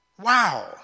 Wow